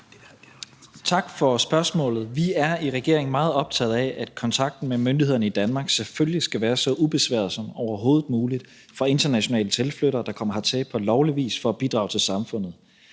Tak for spørgsmålet. Vi er i regeringen meget optaget af, at kontakten med myndighederne i Danmark selvfølgelig skal være så ubesværet som overhovedet muligt for internationale tilflyttere, der kommer hertil på lovlig vis for at bidrage til samfundet.